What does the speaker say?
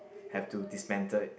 have to dismantle it